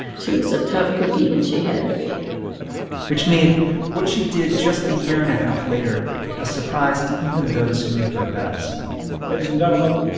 she was a tough cookie, and she had to be which made what she did just a year and a half later a surprise to even those who knew her best ladies and um gentlemen,